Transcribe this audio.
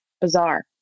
bizarre